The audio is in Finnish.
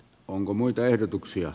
onko muita ehdotuksia